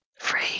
free